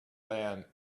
land